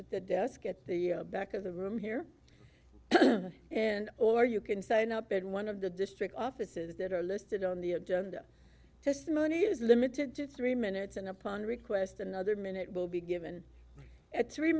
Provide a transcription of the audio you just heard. at the desk at the back of the room here and or you can sign up at one of the district offices that are listed on the agenda testimony is limited to three minutes and upon request another minute will be given at three